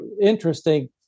interesting